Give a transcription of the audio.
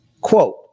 quote